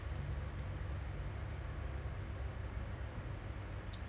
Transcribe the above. oh I pun ingat ingatkan nak pick up skillsfuture tapi